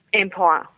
empire